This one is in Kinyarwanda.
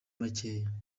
makeya